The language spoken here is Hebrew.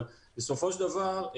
בסופו של דבר,